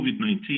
COVID-19